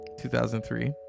2003